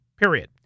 period